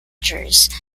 tristan